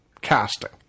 casting